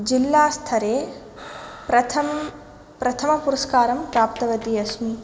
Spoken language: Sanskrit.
जिल्लास्थरे प्रथम् प्रथमपुरस्कारं प्राप्तवती अस्मि